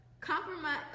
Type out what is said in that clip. Compromise